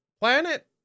planet